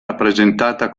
rappresentata